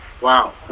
Wow